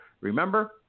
remember